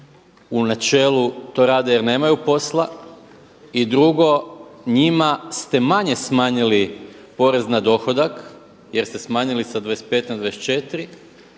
u načelu to rade jer nemaju posla i drugo njima ste manje smanjili porez na dohodak jer ste smanjili sa 25 na 24